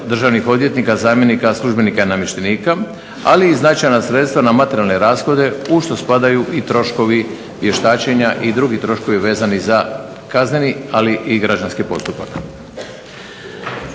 državnih odvjetnika, zamjenika, službenika i namještenika, ali i značajna sredstva na materijalne rashode u što spadaju i troškovi vještačenja i drugi troškovi vezani za kazneni, ali i građanski postupak.